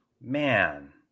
man